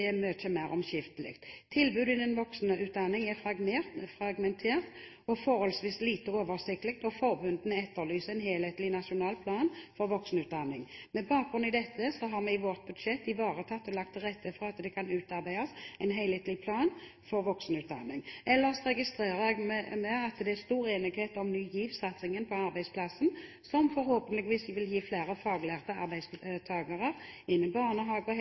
er mye mer omskiftelig. Tilbudet innen voksenutdanningen er fragmentert og forholdsvis lite oversiktlig, og forbundene etterlyser en helhetlig nasjonal plan for voksenutdanning. Med bakgrunn i dette har vi i vårt budsjett ivaretatt og lagt til rette for at det kan utarbeides en helhetlig plan for voksenutdanning. Ellers registrer vi at det er stor enighet om Ny GIV-satsingen på arbeidsplassen, som forhåpentligvis vil gi flere faglærte arbeidstakere innen barnehage- og